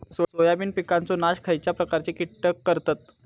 Soybean पिकांचो नाश खयच्या प्रकारचे कीटक करतत?